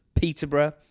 Peterborough